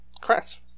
Correct